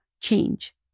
change